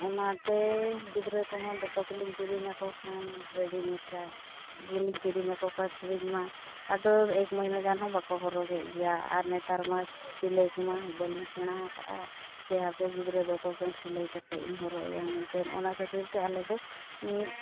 ᱚᱱᱟᱛᱮ ᱜᱤᱫᱽᱨᱟᱹ ᱠᱚᱦᱚᱸ ᱫᱚᱛᱚ ᱠᱚᱞᱤᱧ ᱠᱤᱨᱤᱧ ᱟᱠᱚ ᱠᱷᱟᱱ ᱨᱮᱰᱤᱢᱮᱴᱟᱜ ᱜᱮᱞᱤᱧ ᱠᱤᱨᱤᱧ ᱟᱠᱚ ᱠᱟᱱ ᱠᱤᱨᱤᱧ ᱢᱟ ᱟᱫᱚ ᱮᱠ ᱢᱟᱹᱦᱱᱟᱹ ᱜᱟᱱ ᱦᱚᱸ ᱵᱟᱠᱚ ᱦᱚᱨᱚᱜᱮᱫ ᱜᱮᱭᱟ ᱟᱨ ᱱᱮᱛᱟᱨ ᱢᱟ ᱥᱤᱞᱟᱹᱭ ᱠᱚᱢᱟ ᱵᱟᱹᱞᱤᱧ ᱥᱮᱬᱟ ᱟᱠᱟᱫᱼᱟ ᱡᱮ ᱦᱟᱯᱮ ᱜᱤᱫᱽᱨᱟᱹ ᱫᱚᱛᱚ ᱯᱮᱱᱴ ᱥᱤᱞᱟᱹᱭ ᱠᱟᱛᱮᱫ ᱤᱧ ᱦᱚᱨᱚᱜ ᱟᱭᱟ ᱢᱮᱱᱛᱮ ᱚᱱᱟ ᱠᱷᱟᱹᱛᱤᱨ ᱛᱮ ᱟᱞᱮᱫᱚ ᱢᱤᱫ